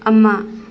ꯑꯃ